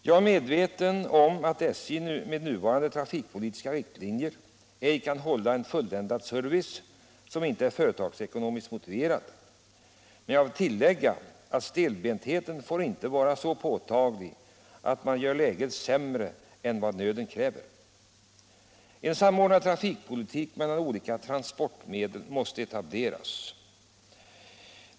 Jag är medveten om att SJ med nuvarande trafikpolitiska riktlinjer ej kan hålla en fulländad service som inte är företagsekonomiskt motiverad. Men jag vill tillägga att stelbentheten får inte vara så påtaglig att man gör läget sämre än vad nöden kräver. En samordnad trafikpolitik mellan olika transportmedel måste etableras.